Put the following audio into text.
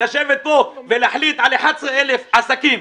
לשבת פה ולהחליט על 11,000 עסקים,